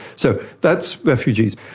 so that's refugees.